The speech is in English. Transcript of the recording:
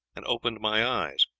and opened my eyes.